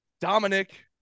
Dominic